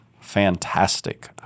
Fantastic